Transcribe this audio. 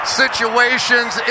situations